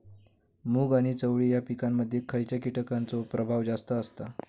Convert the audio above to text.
मूग आणि चवळी या पिकांमध्ये खैयच्या कीटकांचो प्रभाव जास्त असता?